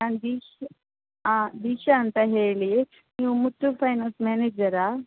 ನಾನು ದೀಕ್ಷಾ ಹಾಂ ದೀಕ್ಷಾ ಅಂತ ಹೇಳಿ ನೀವು ಮುತ್ತೂಟ್ ಫೈನಾನ್ಸ್ ಮ್ಯಾನೇಜರಾ